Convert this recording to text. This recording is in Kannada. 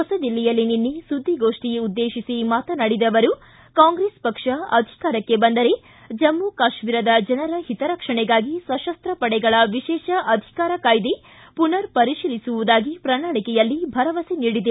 ಹೊಸದಿಲ್ಲಿಯಲ್ಲಿ ನಿನ್ನೆ ಸುದ್ದಿಗೋಷ್ಟಿ ಉದ್ದೇಶಿಸಿ ಮಾತನಾಡಿದ ಅವರು ಕಾಂಗ್ರೆಸ್ ಪಕ್ಷ ಅಧಿಕಾರಕ್ಕೆ ಬಂದರೆ ಜಮ್ಮುಕಾಶ್ಮೀರದ ಜನರ ಹಿತರಕ್ಷಣೆಗಾಗಿ ಸತಸ್ನ ಪಡೆಗಳ ವಿಶೇಷ ಅಧಿಕಾರ ಕಾಯಿದೆ ಪುನರ್ ಪರಿಶೀಲಿಸುವದಾಗಿ ಪ್ರಣಾಳಿಕೆಯಲ್ಲಿ ಭರವಸೆ ನೀಡಿದೆ